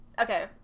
Okay